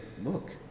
look